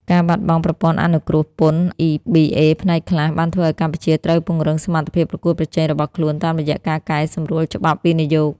ការបាត់បង់ប្រព័ន្ធអនុគ្រោះពន្ធ EBA ផ្នែកខ្លះ បានធ្វើឱ្យកម្ពុជាត្រូវពង្រឹងសមត្ថភាពប្រកួតប្រជែងរបស់ខ្លួន តាមរយៈការកែសម្រួលច្បាប់វិនិយោគ។